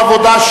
העבודה,